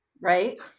right